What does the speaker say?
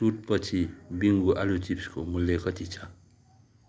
छुट पछि बिङ्गो आलु चिप्सको मूल्य कति छ